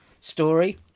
story